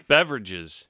Beverages